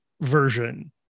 version